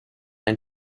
and